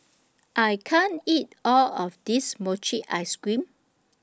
I can't eat All of This Mochi Ice Cream